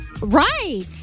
Right